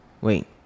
wait